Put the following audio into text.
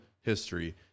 History